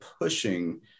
pushing